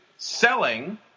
selling